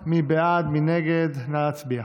בעד, שניים, שמונה מתנגדים, נמנע אחד.